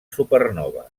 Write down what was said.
supernova